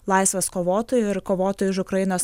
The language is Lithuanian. laisvės kovotoju ir kovotoju už ukrainos